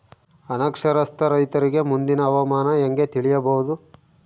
ಅನಕ್ಷರಸ್ಥ ರೈತರಿಗೆ ಮುಂದಿನ ಹವಾಮಾನ ಹೆಂಗೆ ತಿಳಿಯಬಹುದು?